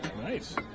Nice